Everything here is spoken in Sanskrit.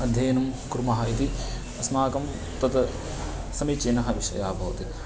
अध्ययनं कुर्मः इति अस्माकं तत् समीचीनः विषयः भवति